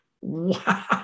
Wow